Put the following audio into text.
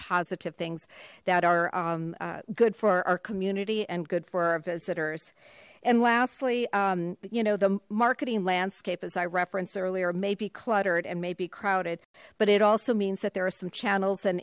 positive things that are good for our community and good for our visitors and lastly you know the marketing landscape as i referenced earlier may be cluttered and may be crowded but it also means that there are some channels and